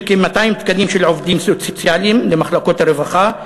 כ-200 תקנים של עובדים סוציאליים למחלקות הרווחה,